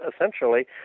essentially